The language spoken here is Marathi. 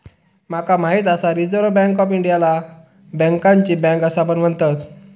माका माहित आसा रिझर्व्ह बँक ऑफ इंडियाला बँकांची बँक असा पण म्हणतत